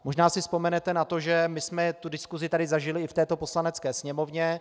Možná si vzpomenete na to, že my jsme tu diskusi tady zažili i v této Poslanecké sněmovně.